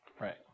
Right